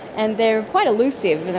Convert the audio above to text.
and they're quite elusive.